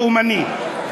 לאומני,